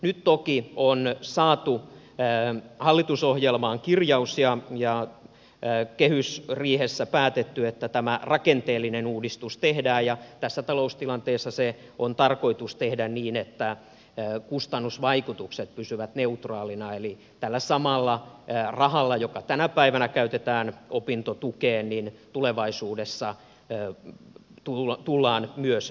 nyt toki on saatu hallitusohjelmaan kirjaus ja kehysriihessä on päätetty että tämä rakenteellinen uudistus tehdään ja tässä taloustilanteessa se on tarkoitus tehdä niin että kustannusvaikutukset pysyvät neutraaleina eli tällä samalla rahalla joka tänä päivänä käytetään opintotukeen tulevaisuudessa tullaan myös toimeen